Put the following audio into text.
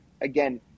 again